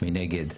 מי נגד?